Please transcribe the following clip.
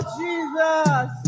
jesus